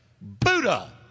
Buddha